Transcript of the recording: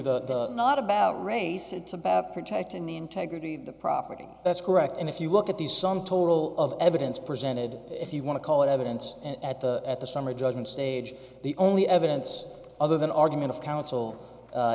into the not about race it's about protecting the integrity of the property that's correct and if you look at the sum total of evidence presented if you want to call it evidence at the at the summary judgment stage the only evidence other than argument of counsel